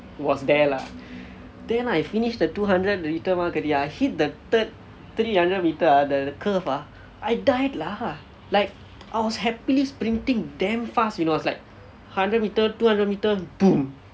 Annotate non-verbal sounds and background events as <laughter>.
was there lah then I finished the two hundred meter mark already ah I hit the third three hundred meter ah the curve ah I died lah like I was happily sprinting damn fast you know like hundred meter two hundred meter <noise>